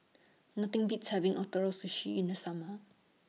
Nothing Beats having Ootoro Sushi in The Summer